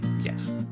yes